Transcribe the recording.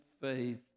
faith